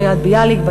קריית-ביאליק,